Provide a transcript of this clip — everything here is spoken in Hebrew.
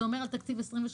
זה אומר על תקציב 2024-2023,